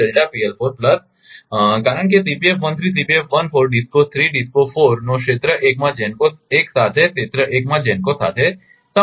તેથી કારણ કે DISCO 3 DISCO 4 નો ક્ષેત્ર 1 માં GENCO 1 સાથે ક્ષેત્ર 1 માં GENCO સાથે સંપર્ક છે